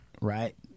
right